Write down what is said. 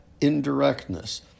Indirectness